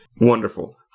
Wonderful